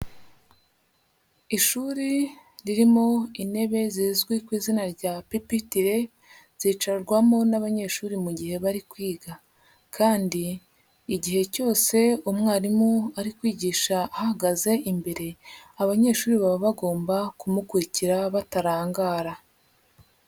Ishuri ririmo intebe zizwi ku izina rya pipitire, zicarwamo n'abanyeshuri mu gihe bari kwiga kandi igihe cyose umwarimu ari kwigisha ahagaze imbere abanyeshuri baba bagomba kumukurikira batarangara.